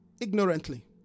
ignorantly